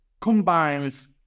combines